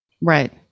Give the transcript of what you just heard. Right